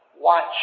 Watch